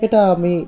এটা আমি